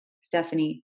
Stephanie